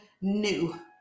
new